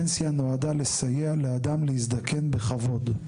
פנסיה נועדה לסייע לאדם להזדקן בכבוד.